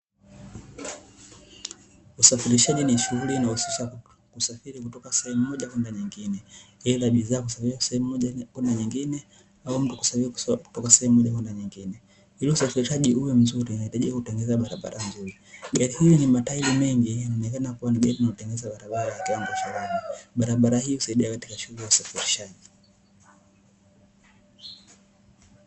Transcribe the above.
Usafirishaji ni shughuli inayohusisha usafiri kutoka sehemu moja kwenda nyingine. Aidha bidhaa kusafiri sehemu moja kwenda nyingine au mtu kusafiri kutoka sehemu moja kwenda nyingine. Ili usafirishaji uwe mzuri, inahitaji kutengeneza barabara nzuri. Gari hiyo yenye matairi mengi inaonekana kuwa ni gari inayotegeneza barabara kwa kiwango cha lami. Barabara hiyo husaidia katika shughuli ya usafirishaji.